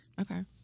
Okay